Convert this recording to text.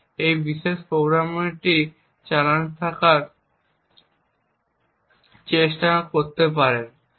এবং এই বিশেষ প্রোগ্রামটি চালানোর চেষ্টা করতে পারেন